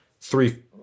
three